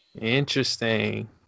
Interesting